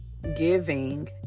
giving